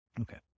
Okay